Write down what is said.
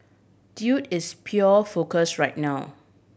dude is pure focus right now